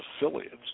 affiliates